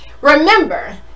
Remember